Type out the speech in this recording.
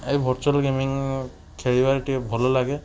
ଏଇ virtual gaming ଖେଳିବାକୁ ଟିକେ ଭଲ ଲାଗେ